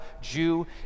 jew